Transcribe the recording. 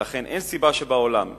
ולכן אין סיבה שבעולם ש"מכבי"